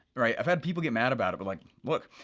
right, i've had people get mad about it, but like look,